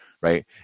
right